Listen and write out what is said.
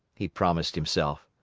he promised himself.